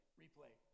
replay